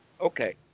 Okay